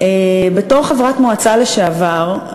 בתור חברת מועצה לשעבר,